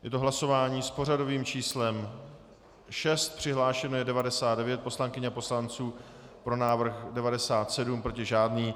Je to hlasování s pořadovým číslem 6, přihlášeno je 99 poslankyň a poslanců, pro návrh 97, proti žádný.